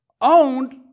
owned